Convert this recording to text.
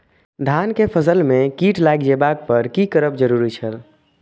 धान के फसल में कीट लागि जेबाक पर की करब जरुरी छल?